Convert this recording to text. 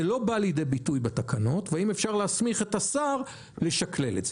זה לא בא לידי ביטוי בתקנות והאם אפשר להסמיך את השר לשקלל את זה?